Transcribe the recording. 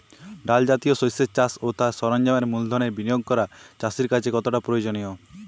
ডাল জাতীয় শস্যের চাষ ও তার সরঞ্জামের মূলধনের বিনিয়োগ করা চাষীর কাছে কতটা প্রয়োজনীয়?